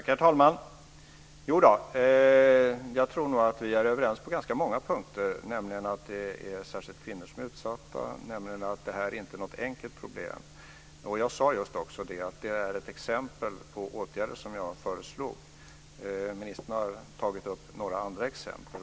Herr talman! Jodå, jag tror nog att vi är övererens på ganska många punkter, nämligen att det särskilt är kvinnor som är utsatta och att det här inte är något enkelt problem. Jag sade just också att det var exempel på åtgärder som jag föreslog. Ministern har tagit upp några andra exempel.